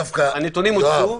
יואב,